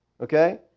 okay